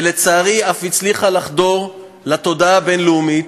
ולצערי אף הצליחה לחדור לתודעה הבין-לאומית,